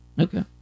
Okay